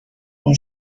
اون